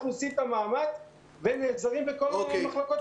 אנחנו עושים מאמץ ונעזרים בכל המחלקות